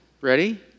ready